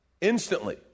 instantly